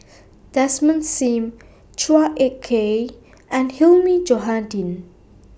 Desmond SIM Chua Ek Kay and Hilmi Johandi